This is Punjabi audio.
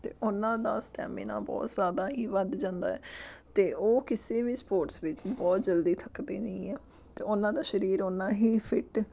ਅਤੇ ਉਹਨਾਂ ਦਾ ਸਟੈਮੀਨਾ ਬਹੁਤ ਜ਼ਿਆਦਾ ਹੀ ਵੱਧ ਜਾਂਦਾ ਹੈ ਅਤੇ ਉਹ ਕਿਸੇ ਵੀ ਸਪੋਰਟਸ ਵਿੱਚ ਬਹੁਤ ਜਲਦੀ ਥੱਕਦੇ ਨਹੀਂ ਆ ਅਤੇ ਉਹਨਾਂ ਦਾ ਸਰੀਰ ਉੰਨਾ ਹੀ ਫਿਟ